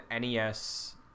NES